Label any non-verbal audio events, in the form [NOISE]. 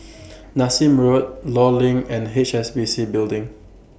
[NOISE] Nassim Road law LINK and H S B C Building